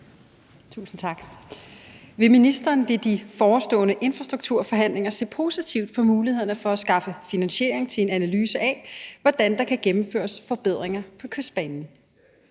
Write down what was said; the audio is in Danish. Tusind tak. Vil ministeren ved de forestående infrastrukturforhandlinger se positivt på mulighederne for at skaffe finansiering til en analyse af, hvordan der kan gennemføres forbedringer på Kystbanen?